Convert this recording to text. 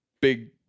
big